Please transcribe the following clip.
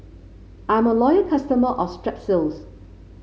I'm a loyal customer of Strepsils